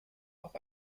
auch